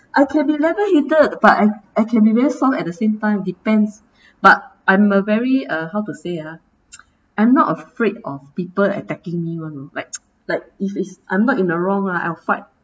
this say strong le~ I can be level-headed but I can be very soft at the same time depends but I'm a very uh how to say ah I'm not afraid of people attacking me [one] oh like like if it's I'm not in the wrong [one] I'll fight